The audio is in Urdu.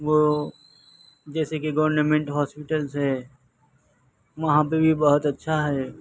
وہ جیسے کہ گورنمنٹ ہاسپیٹلس ہے وہاں پہ بھی بہت اچھا ہے